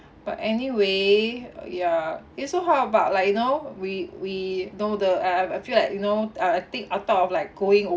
but anyway ya you so how about like you know we we know the I I I feel like you know I I think I thought of like going